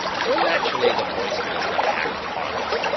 so naturally the poison does not act upon it.